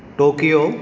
Tokyo